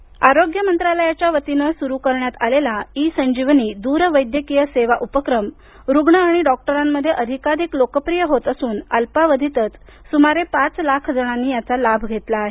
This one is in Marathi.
ई संजीवनी आरोग्य मंत्रालयाच्यावतीने सुरू करण्यात आलेला ई संजीवनी दूरवैद्यकीय सेवा उपक्रम रूग्ण आणि डॉक्टरांमध्ये अधिकाधिक लोकप्रिय होत असून अल्पावधीतच सुमारे पाच लाख जणांनी याचा लाभ घेतला आहे